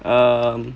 um